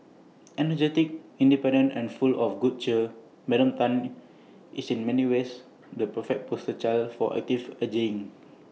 energetic independent and full of good cheer Madam Tan is in many ways the perfect poster child for active ageing